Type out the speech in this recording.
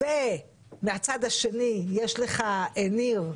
מהצד השני יש לך, ניר,